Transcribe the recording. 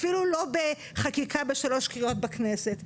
אפילו לא בחקיקה בשלוש קריאות בכנסת.